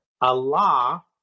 Allah